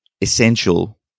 essential